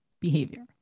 behavior